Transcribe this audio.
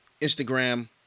Instagram